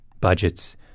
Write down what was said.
Budgets